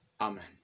Amen